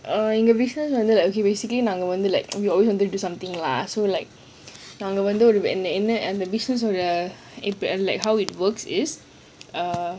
or individuals under the okay basically number one they like we always wanted to do something lah so like